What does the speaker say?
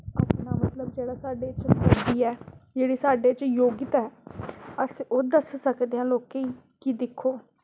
अपना जेह्ड़ा मतलब इत्थें गड्डी ऐ जेह्ड़ी साढ़े च योग्यता अस एह् दस्सी सकदे आं लोकें ई की दिक्खो